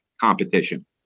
competition